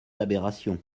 aberrations